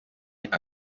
aka